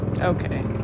Okay